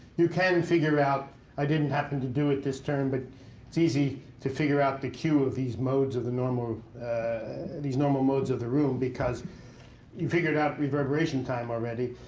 you can figure out i didn't happen to do it this turn, but it's easy to figure out the q of these modes of the normal these normal modes of the room. because you figured out reverberation time already,